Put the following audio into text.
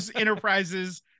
enterprises